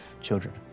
children